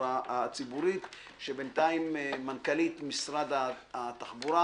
התחבורה הציבורית, שבינתיים מנכ"לית משרד התחבורה,